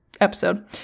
episode